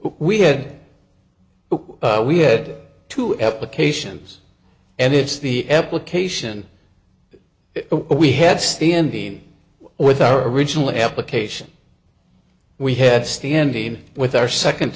we had we had two epic ations and it's the ep location we had standing with our original application we had standing with our second